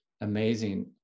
amazing